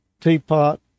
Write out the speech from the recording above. teapot